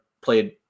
played